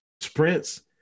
sprints